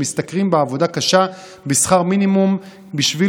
שמשתכרים בעבודה קשה שכר מינימום בשביל